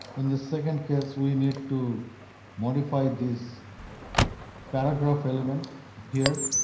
in the second case we need to modify this paragraph element here.